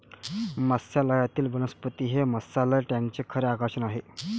मत्स्यालयातील वनस्पती हे मत्स्यालय टँकचे खरे आकर्षण आहे